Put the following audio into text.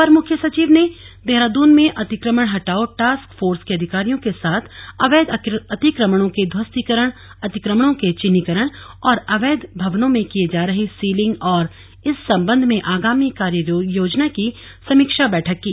अपर मुख्य सचिव ने देहरादून में अतिक्रमण हटाओ टास्क फोर्स के अधिकारियों के साथ अवैध अतिक्रमणों के ध्वस्तीकरण अतिक्रमणों के चिन्हीकरण और अवैध भवनों में किये जा रहे सीलिंग और इस संबंध में आगामी कार्ययोजना की समीक्षा बैठक की